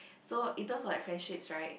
so in terms of friendships right